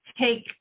take